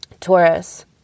Taurus